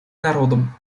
народам